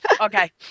Okay